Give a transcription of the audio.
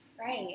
Right